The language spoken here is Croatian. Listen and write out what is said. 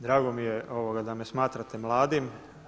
Drago mi je da me smatrate mladim.